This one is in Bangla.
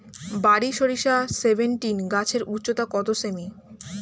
বারি সরিষা সেভেনটিন গাছের উচ্চতা কত সেমি?